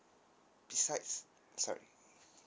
besides uh sorry